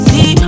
See